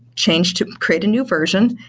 change to create a new version,